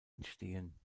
entstehen